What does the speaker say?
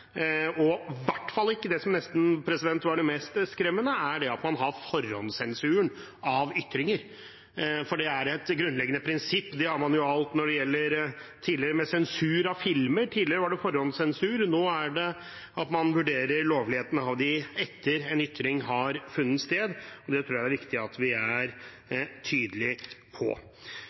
i hvert fall ikke det som nesten er det mest skremmende, at man har forhåndssensur av ytringer. Det er et grunnleggende prinsipp. Det har man hatt tidligere når det gjelder sensur av filmer, at det var forhåndssensur. Nå vurderer man lovligheten av filmene etter at en ytring har funnet sted, og det tror jeg er viktig at vi er tydelige på.